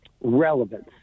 relevance